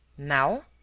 now?